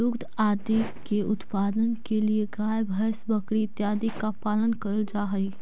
दुग्ध आदि के उत्पादन के लिए गाय भैंस बकरी इत्यादि का पालन करल जा हई